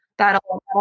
That'll